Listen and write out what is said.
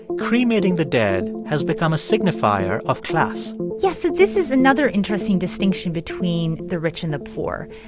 cremating the dead has become a signifier of class yeah. so this is another interesting distinction between the rich and the poor.